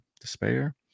despair